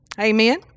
Amen